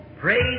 praise